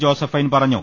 Josephine പറഞ്ഞു